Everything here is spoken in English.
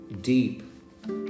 deep